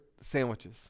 sandwiches